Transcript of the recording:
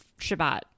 Shabbat